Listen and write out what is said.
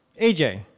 AJ